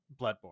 Bloodborne